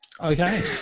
Okay